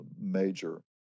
major